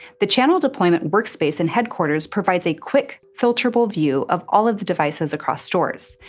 the channel deployment workspace in headquarters provides a quick filterable view of all of the devices across stores,